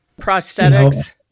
prosthetics